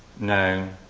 known,